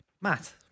Matt